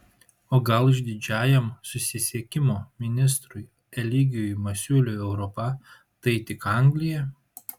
o gal išdidžiajam susisiekimo ministrui eligijui masiuliui europa tai tik anglija